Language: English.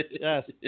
Yes